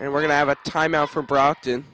and we're going to have a timeout from brockton